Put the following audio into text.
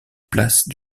place